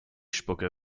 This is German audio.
spucke